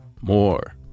more